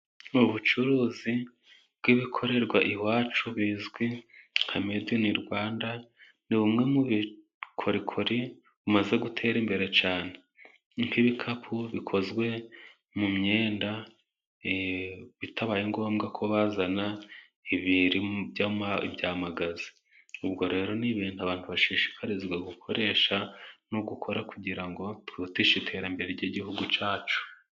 Ubucuruzi bw'ibikorerwa iwacu bizwi nka (made in Rwanda) ni bumwe mu bukorikori bumaze gutera imbere cyane, nk'ibikapu bikozwe mu myenda bitabaye ngombwa ko bazana ibiri ibya magaze. Ubwo rero ni ibintu abantu bashishikarizwa gukoresha no gukora kugira ngo twihutishe iterambere ry'igihugu cyacu.